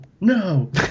no